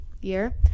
year